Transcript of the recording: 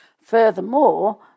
Furthermore